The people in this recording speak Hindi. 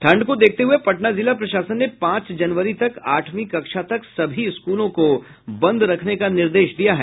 ठंड को देखते हुये पटना जिला प्रशासन ने पांच जनवरी तक आठवीं कक्षा तक सभी स्कूलों को बंद रखने का निर्देश दिया है